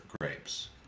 grapes